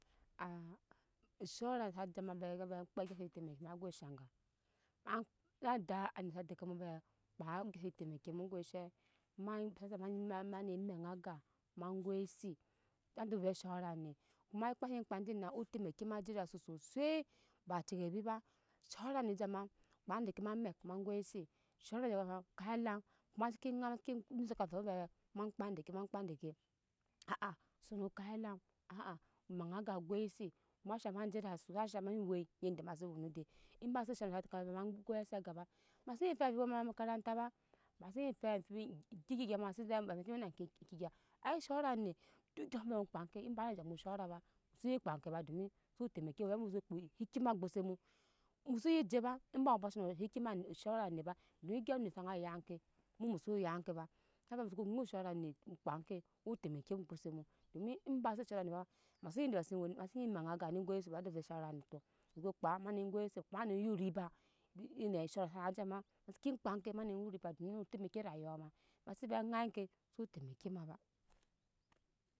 oshowara sa jema veke ve ma kpa gyi se te maki ma ko eshaga aŋ na da anet sa ɛka mu ve kpa egyi se tɛmeki mu ko she mai sha shaŋ ma mane nmeŋa aga ma goisit na do ve shora anet ma kpa se kpa dina otɛmeki ma su sui ba ce kebi ba shora anet ma kpa se kpa dina otɛmeki ma su sui ba ce kebi ba shora anet jema ma kpa deke ma mak ma goisi shor net je jema kap elam ma seke ŋai ma sek ze sa tɛka ma ma kpa deke ma kpa deke so no kap elam meŋa aga goise ma shaŋ ma jede asu ma haŋ ma we ede ma we no dɛi eba she sa shaŋ sa tɛka a ma gosie aga ba ma se ye ffe awɛ ma omkrata ma ma se fai amfibi eŋke gyi gya mase ze ma se wena eŋke eŋke gya ai shora anet dok egyi muso ze kpa ke eba be be jamu shora ba mu so ye kpa eŋke ba domi so tɛmeki mu ba domi mu zo kpoo hekima ogbose mu muso ye je ba eba mu bashi nu hehima onet showra anet ba dom egyi onet snayi ya ke mu muso yake ba ha ve muso ŋai oshowra onet kpa eŋke otɛmeki mu gbose mu domi eba she showra anet ba mase nyi ede ma se ŋyi me ŋa aga ma goise ado ve shora aneto mu ko kpa mane goise mane yu riba edɛ shara anet sane jema ma se kpa ke yu riba domi otɛmeki rayuwa ma ba se ba ŋai ke su tɛmeki ma ba